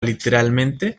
literalmente